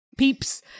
Peeps